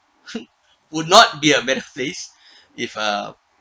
would not be a better place if uh